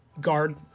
guard